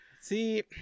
See